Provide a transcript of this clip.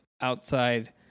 outside